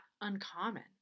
uncommon